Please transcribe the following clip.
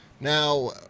Now